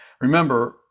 Remember